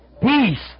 peace